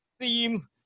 theme